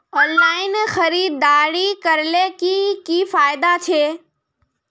Online खरीदारी करले की की फायदा छे?